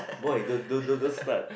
boy don't don't don't start